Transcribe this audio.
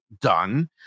done